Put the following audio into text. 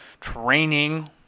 training